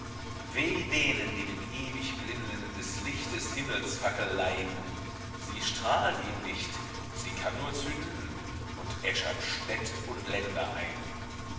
weh denen die dem ewigblinden des lichtes himmelsfackel leihn sie strahlt ihm nicht sie kann nur zünden und äschert städt und länder ein